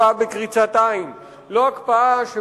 לא הקפאה בקריצת עין,